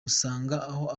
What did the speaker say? aho